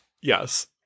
Yes